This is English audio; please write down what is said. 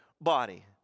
body